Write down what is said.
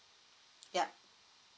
yup